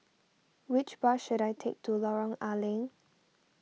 which bus should I take to Lorong A Leng